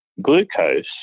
Glucose